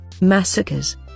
massacres